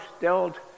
dealt